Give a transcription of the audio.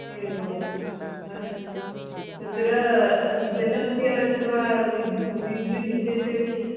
एवम् अस्तु तत्र जलस्य अथवा विद् विद्युद् इत्यस्य किम्